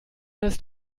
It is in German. ist